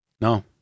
no